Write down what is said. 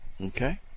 Okay